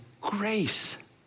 grace